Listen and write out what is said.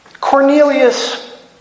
Cornelius